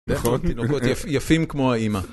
נכון, תינוקות יפים כמו האמא.